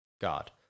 God